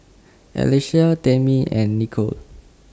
Alesha Tamie and Nichol